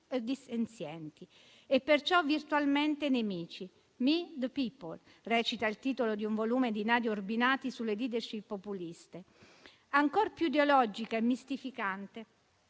o dissenzienti, e perciò virtualmente nemici. *Me the people*, recita il titolo di un volume di Nadia Urbinati sulle *leadership* populiste. Ancor più ideologica e mistificante